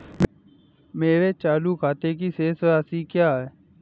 मेरे चालू खाते की शेष राशि क्या है?